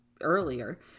earlier